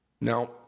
Now